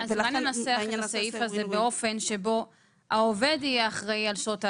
אז אולי ננסח את הסעיף הזה באופן שבו העובד יהיה אחראי על שעות ההשלמה,